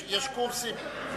יש קורסים,